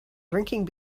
drinking